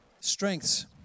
strengths